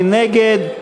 מי נגד?